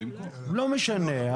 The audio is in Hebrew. לא משנה.